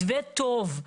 מתווה טוב,